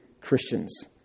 Christians